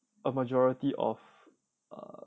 a majority of err